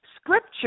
scripture